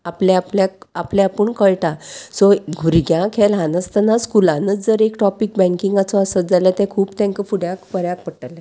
आपल्या आपल्याक आपले आपूण कळटा सो भुरग्यांक हें ल्हान आसतना स्कुलानच जर एक टॉपीक बँकिंगाचो आसत जाल्यार तें खूब तांकां फुड्याक पर्याक पडटलें